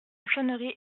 sonnerie